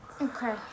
Okay